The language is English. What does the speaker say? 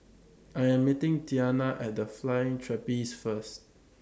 I Am meeting Tiana At The Flying Trapeze First